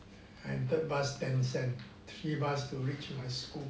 and third bus ten cent three bus to reach my school